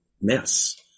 mess